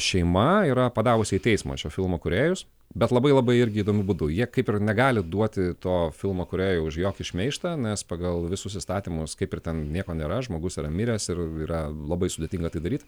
šeima yra padavusi į teismą šio filmo kūrėjus bet labai labai irgi įdomiu būdu jie kaip ir negali duoti to filmo kūrėjo už jokį šmeižtą nes pagal visus įstatymus kaip ir ten nieko nėra žmogus yra miręs ir yra labai sudėtinga tai daryt